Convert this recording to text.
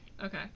Okay